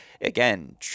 again